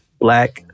black